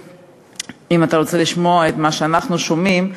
אם אתה רוצה לשמוע את מה שאנחנו שומעים,